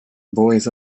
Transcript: boys